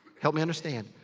help me understand.